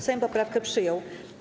Sejm poprawkę przyjął.